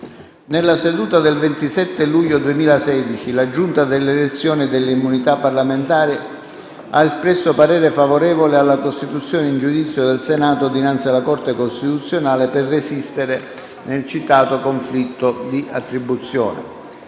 Nella seduta del 27 luglio 2016, la Giunta delle elezioni e delle immunità parlamentari ha espresso parere favorevole alla costituzione in giudizio del Senato dinanzi alla Corte costituzionale per resistere nel citato conflitto di attribuzione.